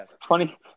Funny